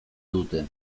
dute